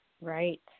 Right